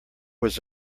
was